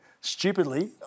Stupidly